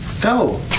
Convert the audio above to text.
Go